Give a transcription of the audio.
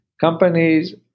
companies